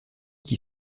qui